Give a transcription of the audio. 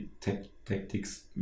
tactics